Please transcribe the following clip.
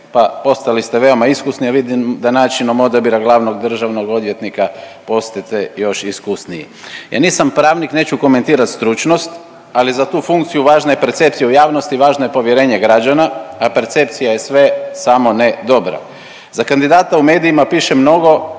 pa postali ste veoma iskusni, a vidim da načinom odabira glavnog državnog odvjetnika postajete još iskusniji. Ja nisam pravnik, neću komentirati stručnost, ali za tu funkciju važna je percepcija u javnosti, važno je povjerenje građana, a percepcija je sve samo ne dobro. Za kandidata u medijima piše mnogo,